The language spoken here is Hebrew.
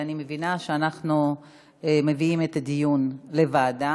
אני מבינה שאנחנו מעבירים את הדיון לוועדה.